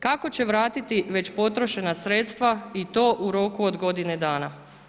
Kako će vratiti već potrošena sredstva i to u roku od godine dana.